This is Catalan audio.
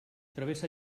travessa